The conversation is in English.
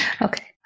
okay